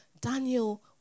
Daniel